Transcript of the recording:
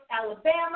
Alabama